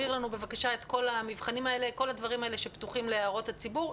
כל המבחנים האלה ואת כל הדברים שפתוחים להערות הציבור.